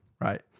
Right